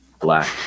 black